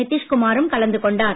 நித்திஷ் குமாரும் கலந்து கொண்டார்